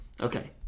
okay